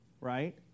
right